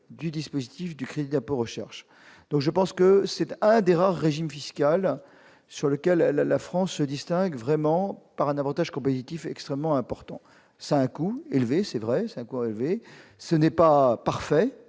du dispositif du crédit d'impôt recherche donc je pense que c'était un des rares régime fiscal sur lequel la France se distingue vraiment par un Avantage compétitif extrêmement important ça coup élevé c'est vrai ça, quoi rêver, ce n'est pas parfait,